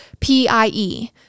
P-I-E